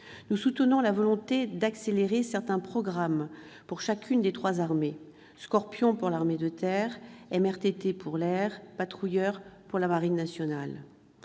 Nous soutenons la volonté d'accélérer certains programmes pour chacune des trois armées : Scorpion pour l'armée de terre, MRTT pour l'armée de l'air, le